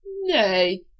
Nay